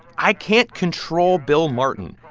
i can't control bill martin.